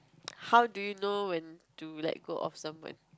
how do you know when to like let go off someone